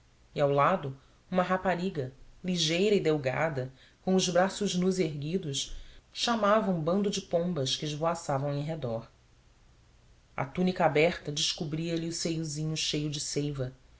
e ao lado uma rapariga ligeira e delgada com os braços nus e erguidos chamava um bando de pombas que esvoaçavam em redor a túnica aberta descobria lhe o seiozinho cheio de seiva